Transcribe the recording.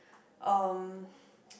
um